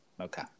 Okay